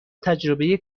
تجربه